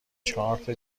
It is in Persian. چارت